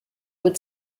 would